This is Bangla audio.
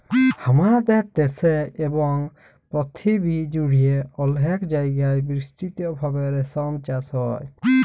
হামাদের দ্যাশে এবং পরথিবী জুড়ে অলেক জায়গায় বিস্তৃত ভাবে রেশম চাস হ্যয়